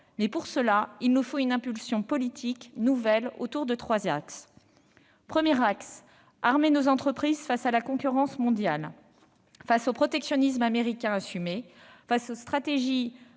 Mais, pour cela, il nous faut une impulsion politique nouvelle, autour de trois axes. Le premier axe consiste à armer nos entreprises face à la concurrence mondiale. Face à un protectionnisme américain assumé, face aux stratégies